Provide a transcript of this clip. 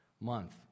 month